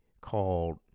called